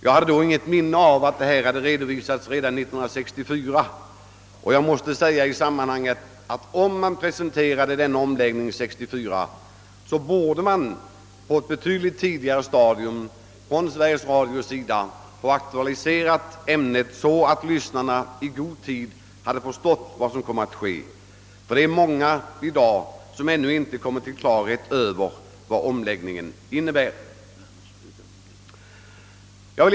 Jag hade då inget minne av att saken behandlats redan 1964, och jag måste i detta sammanhang framhålla, att om denna omläggning presenterades 1964 borde Sveriges Radio på ett betydligt tidigare stadium ha aktualiserat spörsmålet, så att lyssnarna i god tid hade förstått vad som skulle komma. Många är nämligen ännu i dag inte på det klara med vad omläggningen innebär.